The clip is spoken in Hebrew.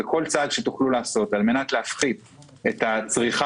וכל צעד שתוכלו לעשות על מנת להפחית את צריכת